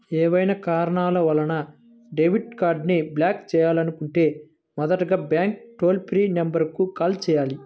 ఏవైనా కారణాల వలన డెబిట్ కార్డ్ని బ్లాక్ చేయాలనుకుంటే మొదటగా బ్యాంక్ టోల్ ఫ్రీ నెంబర్ కు కాల్ చేయాలి